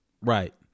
right